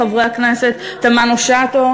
חברי הכנסת תמנו-שטה,